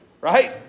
Right